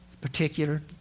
Particular